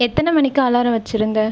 எத்தனை மணிக்கு அலாரம் வைச்சிருந்த